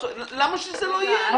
למה שזה לא יהיה לי?